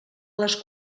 les